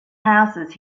houses